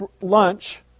lunch